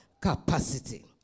Capacity